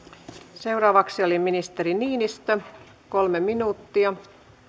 seuraavaksi oli ministeri niinistö kolme minuuttia